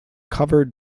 covered